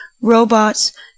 Robots